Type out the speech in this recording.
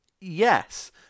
Yes